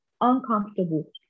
uncomfortable